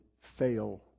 fail